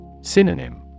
Synonym